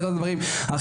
צריך לתת דברים אחרים.